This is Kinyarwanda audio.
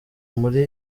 muri